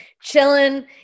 chilling